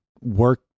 work